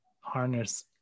harness